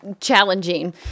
challenging